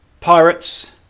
pirates